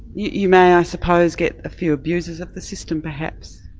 you may, i suppose, get a few abusers of the system perhaps?